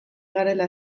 garela